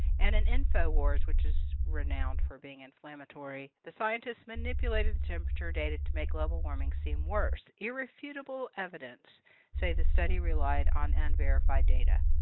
and in infowars, which is renowned for being inflammatory. the scientists manipulated temperature data to make global warming seem worse irrefutable evidence say the study relied on unverified data.